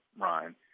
Ryan